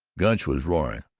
gunch was roaring,